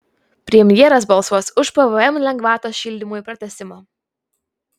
premjeras balsuos už pvm lengvatos šildymui pratęsimą